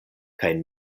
kaj